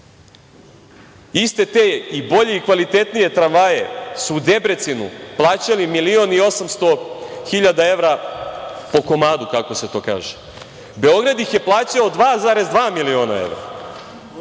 Iste te i bolje i kvalitetnije tramvaje su u Debrecinu plaćali milion i 800 hiljada evra po komadu, kako se to kaže. Beograd ih je plaćao 2,2 miliona evra.